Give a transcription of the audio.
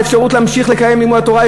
על אפשרות להמשיך לקיים את לימוד התורה.